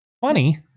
Funny